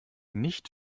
nicht